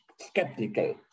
skeptical